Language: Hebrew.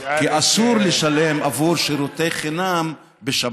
כי אסור לשלם בעבור שירותי חינם בשבת.